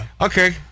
Okay